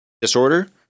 disorder